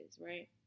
right